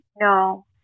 No